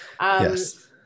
Yes